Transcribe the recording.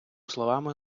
словами